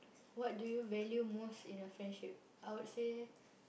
what do you value most in your friendship I would say